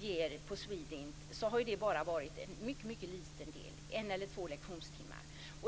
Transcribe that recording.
har på Swedint har det bara varit en mycket liten del, en eller två lektionstimmar.